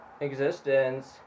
existence